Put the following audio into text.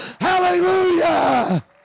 Hallelujah